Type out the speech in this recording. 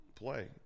play